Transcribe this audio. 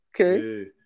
okay